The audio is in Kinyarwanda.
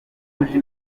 muje